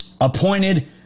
appointed